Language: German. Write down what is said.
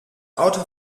autor